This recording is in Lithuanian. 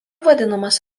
vadinamas